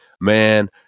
man